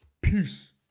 Peace